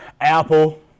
Apple